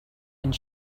and